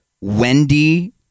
Wendy